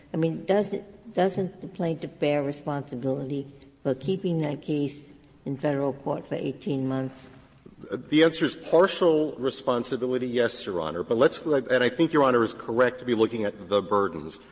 i mean, doesn't doesn't the plaintiff bear responsibility for keeping that case in federal court for eighteen months? rosenkranz ah the answer is partial responsibility, yes, your honor. but let's like and i think your honor is correct be looking at the burdens.